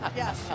yes